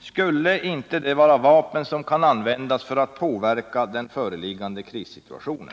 Skulle inte det vara vapen som kan användas ”för att påverka den föreliggande krissituationen”?